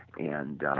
and